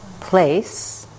place